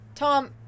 Tom